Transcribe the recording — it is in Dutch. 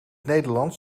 nederlands